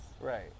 Right